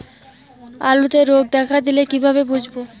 আলুতে রোগ দেখা দিলে কিভাবে বুঝবো?